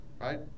right